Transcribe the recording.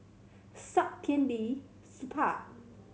Saktiandi Supaat